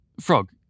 Frog